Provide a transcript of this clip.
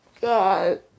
God